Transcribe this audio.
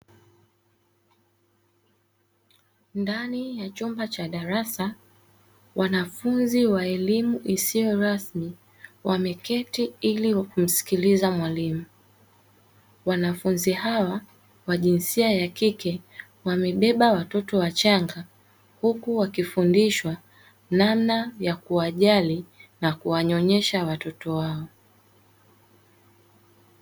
Ndani ya chumba cha darasa wanafunzi wa elimu isiyo rasmi wameketi ili kumsikiliza mwalimu, wanafunzi hawa wa jinsia ya kike wamebeba watoto wachanga huku wakifundishwa namna ya kuwajali na kuwanyonyesha watoto wao.